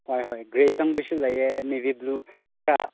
ꯍꯣꯏ ꯍꯣꯏ ꯒ꯭ꯔꯦ ꯆꯪꯕꯁꯨ ꯂꯩꯌꯦ ꯅꯦꯕꯤ ꯕ꯭ꯂꯨ ꯈꯔ